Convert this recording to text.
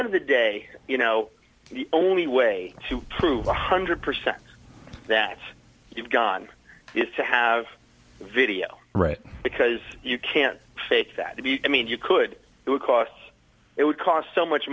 idea of the day you know the only way to prove one hundred percent that you've gone is to have video right because you can't fake that to be i mean you could do it cos it would cost so much